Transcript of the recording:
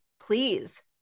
please